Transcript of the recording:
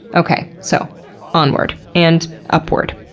okay, so onward and upward.